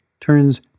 turns